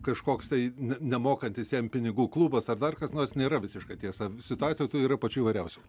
kažkoks tai nemokantis jam pinigų klubas ar dar kas nors nėra visiška tiesa situacijų tų yra pačių įvairiausių